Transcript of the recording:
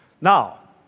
Now